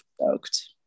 stoked